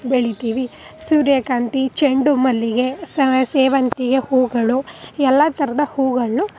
ಬೆಳಿತೀವಿ ಸೂರ್ಯಕಾಂತಿ ಚೆಂಡು ಮಲ್ಲಿಗೆ ಸೇವಂತಿಗೆ ಹೂಗಳು ಎಲ್ಲ ಥರದ್ನ ಹೂಗಳನ್ನು